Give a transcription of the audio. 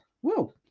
whoa